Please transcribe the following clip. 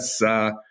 yes